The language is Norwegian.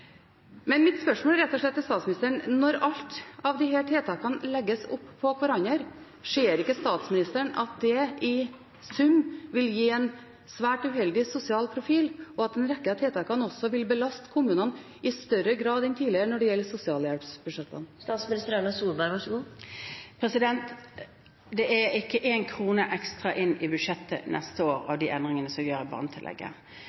Mitt spørsmål til statsministeren er rett og slett: Når alle disse tiltakene legges oppå hverandre, ser ikke statsministeren da at det i sum vil gi en svært uheldig sosial profil, og at en rekke av tiltakene også vil belaste kommunene i større grad enn tidligere når det gjelder sosialhjelpsbudsjettene? Det er ikke én krone ekstra i budsjettet for neste år